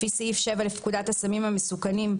לפי סעיף 7 לפקודת הסמים המסוכנים,